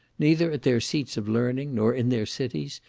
neither at their seats of learning, nor in their cities,